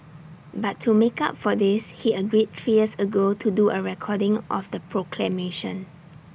but to make up for this he agreed three years ago to do A recording of the proclamation